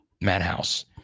Madhouse